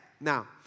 Now